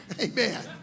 Amen